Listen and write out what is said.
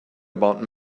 about